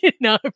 No